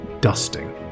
dusting